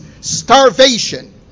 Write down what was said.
starvation